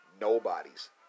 nobody's